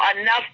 enough